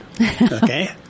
Okay